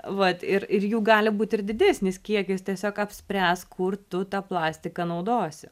vat ir ir jų gali būt ir didesnis kiekis tiesiog apspręsk kur tu tą plastiką naudosi